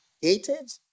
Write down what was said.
hated